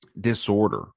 disorder